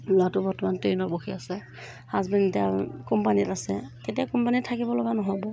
ল'ৰাটো বৰ্তমান টেনত পঢ়ি আছে হাজবেণ্ডে আৰু কোম্পানীত আছে তেতিয়া কোম্পানীত থাকিব লগা নহ'ব